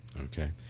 Okay